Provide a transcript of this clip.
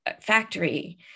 factory